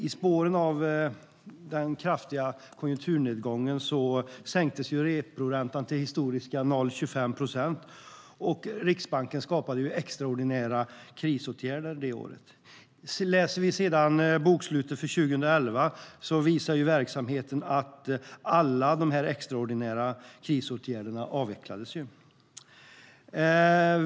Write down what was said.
I spåren av den kraftiga konjunkturnedgången sänktes reporäntan till historiskt låga 0,25 procent, och Riksbanken vidtog extraordinära krisåtgärder det året. Läser vi sedan bokslutet för 2011 visar verksamheten att alla de extraordinära krisåtgärderna avvecklades.